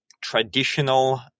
traditional